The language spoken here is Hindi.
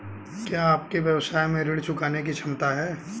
क्या आपके व्यवसाय में ऋण चुकाने की क्षमता है?